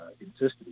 insisted